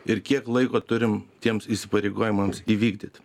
ir kiek laiko turim tiems įsipareigojimams įvykdyti